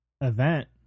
event